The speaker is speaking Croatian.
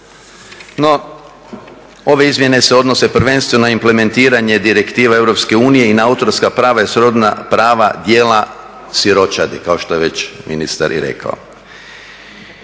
No, ove izmjene se odnose prvenstveno na implementiranje direktiva EU i na autorska prava i srodna prava djela siročadi kao što je već ministar i rekao.